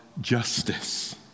justice